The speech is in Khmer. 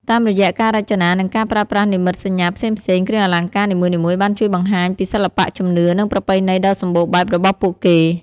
តាមរយៈការរចនា និងការប្រើប្រាស់និមិត្តសញ្ញាផ្សេងៗ គ្រឿងអលង្ការនីមួយៗបានជួយបង្ហាញពីសិល្បៈ ជំនឿ និងប្រពៃណីដ៏សម្បូរបែបរបស់ពួកគេ។